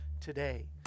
today